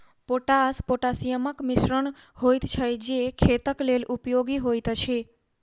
potash पोटासियमक मिश्रण होइत छै जे खेतक लेल उपयोगी होइत अछि